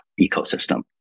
ecosystem